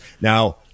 Now